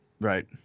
Right